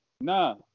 Nah